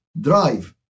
drive